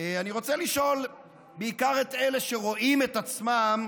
אני רוצה לשאול בעיקר את אלה שרואים את עצמם,